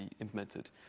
implemented